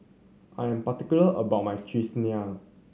I am particular about my cheese